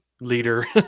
leader